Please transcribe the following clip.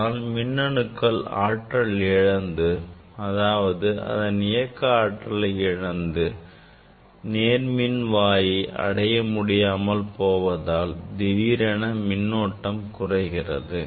இதனால் மின் அணுக்கள் ஆற்றல் இழந்து அதாவது அதன் இயக்க ஆற்றலை இழந்து நேர்மின்வாயை அடைய முடியாமல் போவதால் திடீரென மின்னோட்டம் குறைகிறது